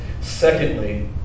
secondly